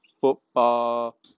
football